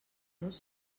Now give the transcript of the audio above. dos